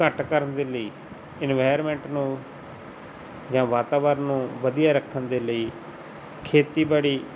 ਘੱਟ ਕਰਨ ਦੇ ਲਈ ਇਨਵਾਇਰਮੈਂਟ ਨੂੰ ਜਾਂ ਵਾਤਾਵਰਨ ਨੂੰ ਵਧੀਆ ਰੱਖਣ ਦੇ ਲਈ ਖੇਤੀਬਾੜੀ